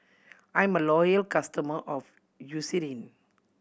I'm a loyal customer of Eucerin